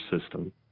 system